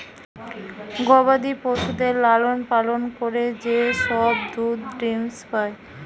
গবাদি পশুদের লালন পালন করে যে সব দুধ ডিম্ পাই